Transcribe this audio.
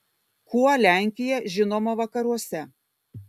kuo lenkija žinoma vakaruose